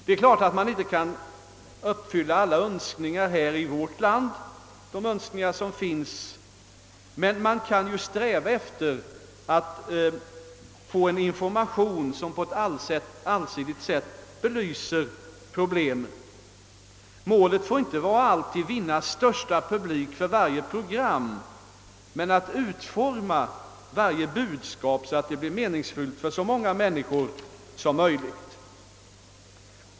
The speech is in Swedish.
Det är klart att vi i vårt land inte kan uppfylla alla önskemål som finns, men vi kan sträva efter att skapa en information som på ett allsidigt sätt belyser problemen. Målet skall inte vara att alltid söka vinna största möjliga publik för varje program, utan det bör vara att utforma varje budskap så, att det blir meningsfullt för så många människor som möjligt.